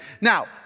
Now